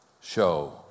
show